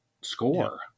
score